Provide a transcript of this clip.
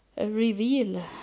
reveal